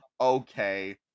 Okay